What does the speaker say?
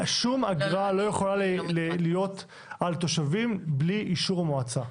שום אגרה לא יכולה להיות על תושבים בלי אישור המועצה.